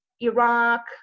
Iraq